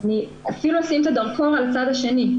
אני אפילו אשים את הזרקור על הצד השני.